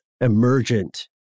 emergent